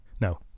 No